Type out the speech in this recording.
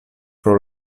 pro